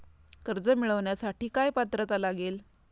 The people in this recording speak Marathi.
कर्ज मिळवण्यासाठी काय पात्रता लागेल?